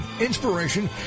inspiration